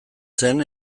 zen